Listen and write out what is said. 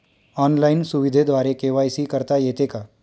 Online सुविधेद्वारे KYC करता येते का?